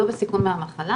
זה לא בסיכון מהמחלה,